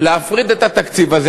להפריד את התקציב הזה.